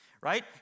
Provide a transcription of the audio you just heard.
right